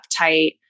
uptight